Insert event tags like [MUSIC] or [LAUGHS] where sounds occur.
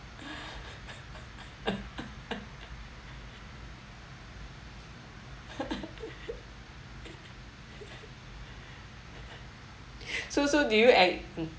[LAUGHS] so so do you